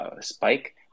spike